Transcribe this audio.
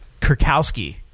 Kurkowski